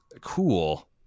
cool